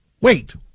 Wait